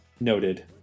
Noted